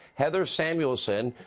heather samuelson.